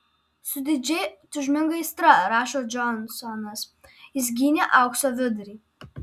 su didžiai tūžminga aistra rašo džonsonas jis gynė aukso vidurį